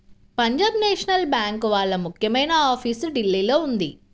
Punjab national bank వాళ్ళ ముఖ్యమైన office ఢిల్లీలో ఉంది